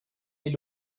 est